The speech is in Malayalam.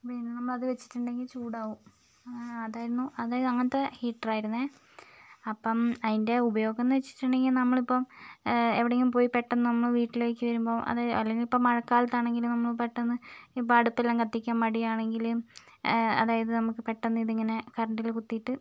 വെള്ളം അത് വച്ചിട്ടുണ്ടെങ്കിൽ ചൂടാവും അതായിരുന്നു അതായത് അങ്ങനത്തെ ഹീറ്റർ ആയിരുന്നു അപ്പം അതിൻ്റെ ഉപയോഗം എന്നു വച്ചിട്ടുണ്ടെങ്കിൽ നമ്മളിപ്പം എവിടെയെങ്കിളും പോയി പെട്ടെന്ന് നമ്മൾ വീട്ടിലേയ്ക്ക് വരുമ്പോൾ അതായത് അല്ലെങ്കിൽ ഇപ്പോൾ മഴക്കാലത്താണെങ്കിൽ നമ്മൾ പെട്ടെന്ന് ഇപ്പം അടുപ്പെല്ലാം കത്തിക്കാൻ മടിയാണെങ്കിൽ അതായത് നമുക്ക് പെട്ടെന്ന് ഇതിങ്ങനെ കറണ്ടിൽ കുത്തിയിട്ട്